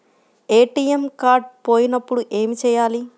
ATM card పోయినప్పుడు ఏమి చేయాలి?